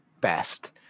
best